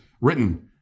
written